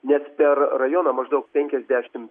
net per rajoną maždaug penkiasdešimt